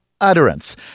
utterance